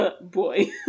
boy